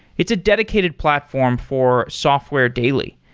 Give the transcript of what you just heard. it's a dedicated platform for software daily,